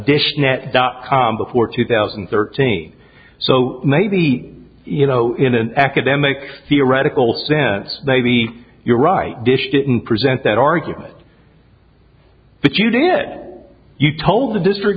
dish net dot com before two thousand and thirteen so maybe you know in an academic theoretical sense maybe you're right dish didn't present that argument but you did you told the district